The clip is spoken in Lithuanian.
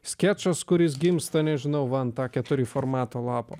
skečas kuris gimsta nežinau va ant a keturi formato lapo